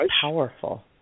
powerful